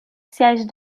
siège